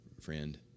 friend